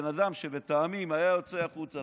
בן אדם שלטעמי אם היה יוצא החוצה,